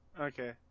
Okay